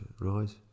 right